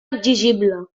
exigible